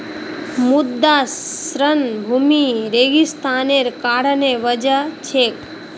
मृदा क्षरण भूमि रेगिस्तानीकरनेर वजह छेक